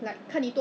(uh huh) and then